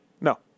No